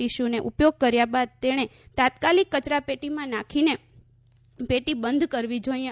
ટીસ્યૂનો ઉપયોગ કર્યા બાદ તેણે તાત્કાલિક કચરાપેટીમાં નાખીને પેટી બંધ કરવી જોઈએ